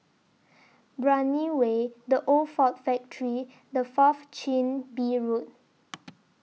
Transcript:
Brani Way The Old Ford Factory and Fourth Chin Bee Road